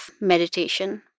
meditation